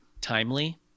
timely